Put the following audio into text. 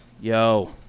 yo